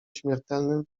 śmiertelnym